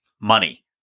money